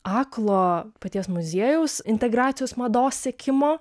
aklo paties muziejaus integracijos mados sekimo